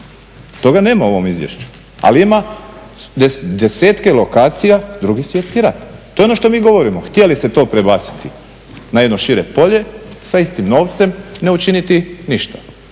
Toga nema u ovom izvješću, ali ima desetke lokacija 2.svjetski rat. To je ono što mi govorimo. Htjeli ste to prebaciti na jedno šire polje sa istim novcem i ne učiniti ništa.